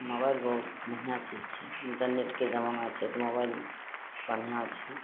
mobile बहुत बढ़िआँ चीज छै इन्टरनेटके जमाना छै तऽ मोबाइल बढ़िआँ छियै